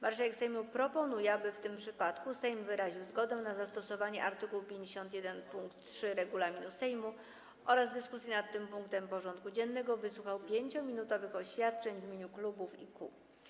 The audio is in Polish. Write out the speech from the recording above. Marszałek Sejmu proponuje, aby w tym przypadku Sejm wyraził zgodę na zastosowanie art. 51 pkt 3 regulaminu Sejmu oraz w dyskusji nad tym punktem porządku dziennego wysłuchał 5-minutowych oświadczeń w imieniu klubów i kół.